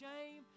shame